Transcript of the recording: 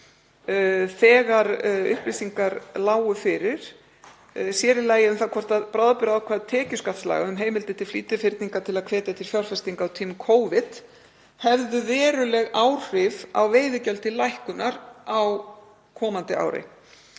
þegar upplýsingar lágu fyrir, sér í lagi um það hvort bráðabirgðaákvæði tekjuskattslaga um heimildir til flýtifyrninga til að hvetja til fjárfestinga á tímum Covid hefðu veruleg áhrif á veiðigjöld til lækkunar á komandi ári.